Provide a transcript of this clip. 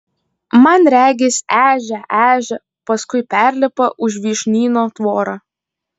man regis ežia ežia paskui perlipa už vyšnyno tvorą